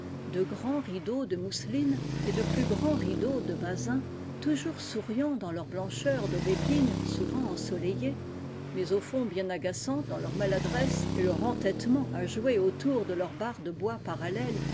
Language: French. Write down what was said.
mousseline et de plus grands rideaux de basin toujours souriants dans leur blancheur d'aubépine souvent ensoleillée mais au fond bien agaçants dans leur maladresse et leur entêtement à jouer autour de leurs barres de bois parallèles